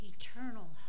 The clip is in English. eternal